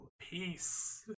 peace